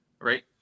right